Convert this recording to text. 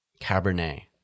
Cabernet